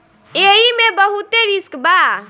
एईमे बहुते रिस्क बा